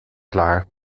klaar